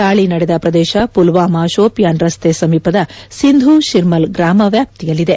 ದಾಳಿ ನಡೆದ ಪ್ರದೇಶ ಪುಲ್ಹಾಮಾ ಶೋಪಿಯಾನ್ ರಸ್ತೆ ಸಮೀಪದ ಸಿಂಧೂ ತಿರ್ಗಲ್ ಗ್ರಾಮ ವಾಪ್ತಿಯಲ್ಲಿದೆ